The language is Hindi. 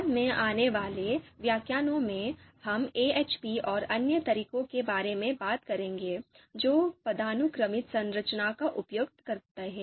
बाद में आने वाले व्याख्यानों में हम AHP और अन्य तरीकों के बारे में बात करेंगे जो पदानुक्रमित संरचना का उपयोग करते हैं